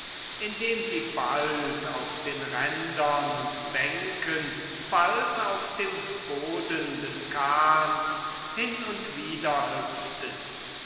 indem sie bald auf den rändern und bänken bald auf dem boden des kahns hin und wider hüpften